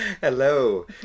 Hello